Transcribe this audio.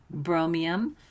bromium